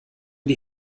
die